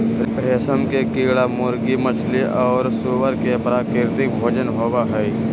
रेशम के कीड़ा मुर्गी, मछली और सूअर के प्राकृतिक भोजन होबा हइ